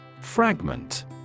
Fragment